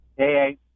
Hey